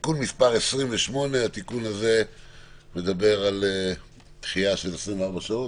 (תיקון מס' 28) התיקון הזה מדבר על דחייה של 24 שעות,